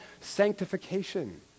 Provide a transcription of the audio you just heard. sanctification